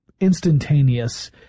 instantaneous